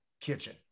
kitchen